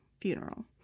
funeral